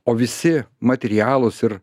o visi materialūs ir